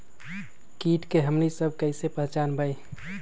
किट के हमनी सब कईसे पहचान बई?